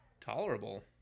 tolerable